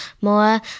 more